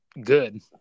good